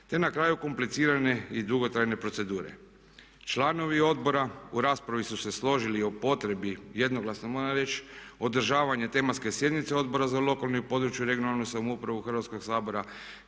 te na kraju komplicirane i dugotrajne procedure. Članovi odbora u raspravi su se složili o potrebi, jednoglasno moja riječ, održavanje tematske sjednice Odbora za lokalnu i područnu, regionalnu samoupravu Hrvatskog sabora